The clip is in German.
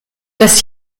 das